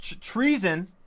Treason